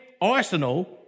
arsenal